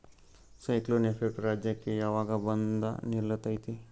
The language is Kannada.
ಸೈಕ್ಲೋನ್ ಎಫೆಕ್ಟ್ ರಾಜ್ಯಕ್ಕೆ ಯಾವಾಗ ಬಂದ ನಿಲ್ಲತೈತಿ?